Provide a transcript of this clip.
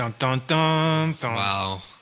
Wow